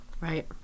Right